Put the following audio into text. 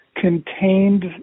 contained